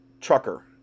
trucker